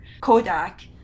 Kodak